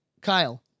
Kyle